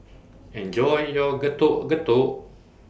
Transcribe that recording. Enjoy your Getuk Getuk